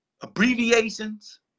abbreviations